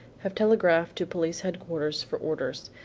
have telegraphed to police headquarters for orders.